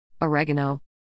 Oregano